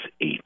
eight